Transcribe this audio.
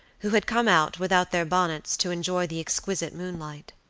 who had come out, without their bonnets, to enjoy the exquisite moonlight.